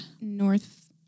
North